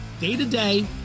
day-to-day